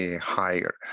higher